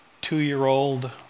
two-year-old